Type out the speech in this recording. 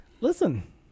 Listen